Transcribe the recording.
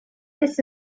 this